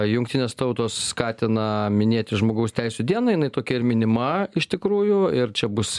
jungtinės tautos skatina minėti žmogaus teisių dieną jinai tokia ir minima iš tikrųjų ir čia bus